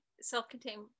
Self-contained